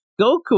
Goku